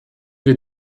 wir